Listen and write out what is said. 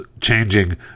changing